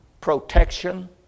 protection